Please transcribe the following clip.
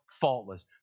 faultless